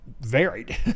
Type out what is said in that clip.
Varied